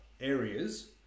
areas